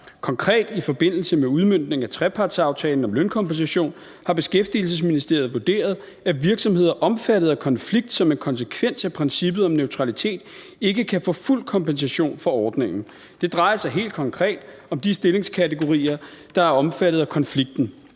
Konkret i forbindelse med udmøntningen af trepartsaftalen om lønkompensation har Beskæftigelsesministeriet vurderet, at virksomheder omfattet af konflikt som en konsekvens af princippet om neutralitet ikke kan få fuld kompensation fra ordningen. Det drejer sig helt konkret om de stillingskategorier, der er omfattet af konflikten.